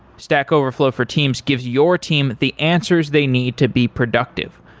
stack overflow for teams gives your team the answers they need to be productive.